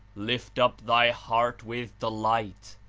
lift up thy heart with delight,